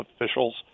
officials